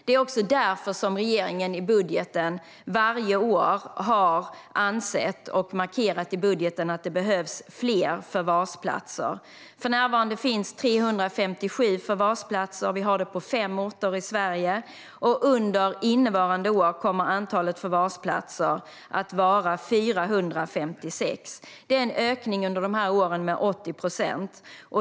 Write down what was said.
Det är därför regeringen varje år har ansett och markerat i budgeten att det behövs fler förvarsplatser. För närvarande finns 357 förvarsplatser på fem orter i Sverige, och under innevarande år kommer antalet förvarsplatser att vara 456. Det är en ökning under dessa år med 80 procent.